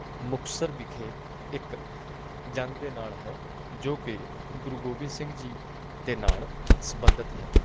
ਮੁਕਤਸਰ ਵਿਖੇ ਇੱਕ ਜੰਗ ਦੇ ਨਾਲ ਹੈ ਜੋ ਕਿ ਗੁਰੂ ਗੋਬਿੰਦ ਸਿੰਘ ਜੀ ਦੇ ਨਾਲ ਸੰਬੰਧਿਤ ਹੈ